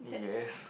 yes